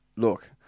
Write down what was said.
Look